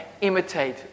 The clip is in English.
imitate